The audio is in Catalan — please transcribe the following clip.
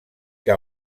que